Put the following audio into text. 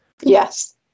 Yes